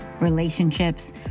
relationships